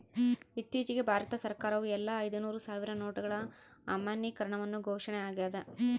ಇತ್ತೀಚಿಗೆ ಭಾರತ ಸರ್ಕಾರವು ಎಲ್ಲಾ ಐದುನೂರು ಸಾವಿರ ನೋಟುಗಳ ಅಮಾನ್ಯೀಕರಣವನ್ನು ಘೋಷಣೆ ಆಗ್ಯಾದ